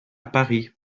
paris